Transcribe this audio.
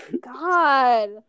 God